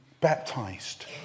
baptized